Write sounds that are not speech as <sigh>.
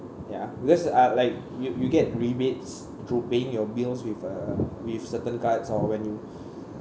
ya because uh like you you get rebates through paying your bills with uh with certain cards or when you <breath>